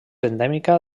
endèmica